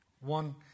One